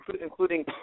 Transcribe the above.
including